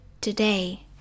today